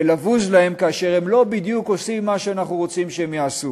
ולבוז להם כשהם לא בדיוק עושים מה שאנחנו רוצים שהם יעשו.